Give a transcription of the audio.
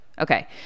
Okay